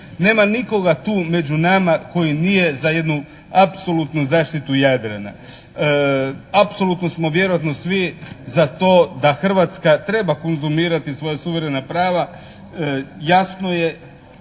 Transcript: Nema nikoga tu među nama koji nije za jednu apsolutnu zaštitu Jadrana. Apsolutno smo vjerojatno svi za to da Hrvatska treba konzumirati svoja suverena prava. Jasno je